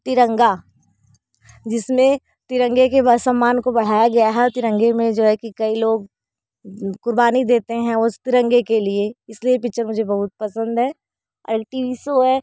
तिरंगा जिसमें तिरंगे के वह सम्मान को बढ़ाया गया हर तिरंगे में जो है कि कई लोग क़ुर्बानी देते हैं उस तिरंगे के लिए इस लिए पिक्चर मुझे बहुत पसंद है एल टी भी सो है